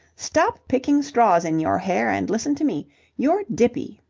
stop picking straws in your hair and listen to me. you're dippy!